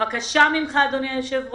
בבקשה ממך אדוני היושב ראש,